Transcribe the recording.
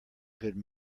good